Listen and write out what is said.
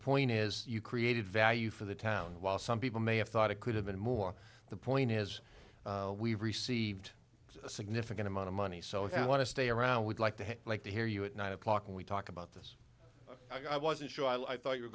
point is you created value for the town while some people may have thought it could have been more the point is we've received a significant amount of money so if you want to stay around we'd like to have like to hear you at nine o'clock when we talk about this i wasn't sure i will i thought you were